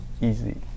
easy